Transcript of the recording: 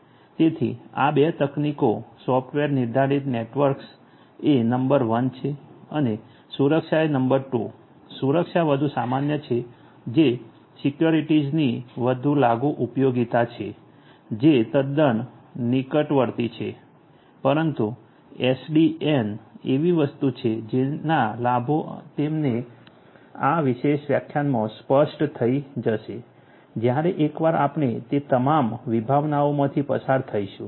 તેથી આ 2 તકનીકો સોફ્ટવેર નિર્ધારિત નેટવર્ક્સ એ નંબર 1 છે અને સુરક્ષાએ નંબર 2 સુરક્ષા વધુ સામાન્ય છે જે સિક્યોરિટીઝની વધુ લાગુ ઉપયોગીતા છે જે તદ્દન નિકટવર્તી છે પરંતુ એસડીએન એવી વસ્તુ છે જેના લાભો તમને આ વિશેષ વ્યાખ્યાનમાં સ્પષ્ટ થઈ જશે જ્યારે એકવાર આપણે તે તમામ વિભાવનાઓમાંથી પસાર થઈશું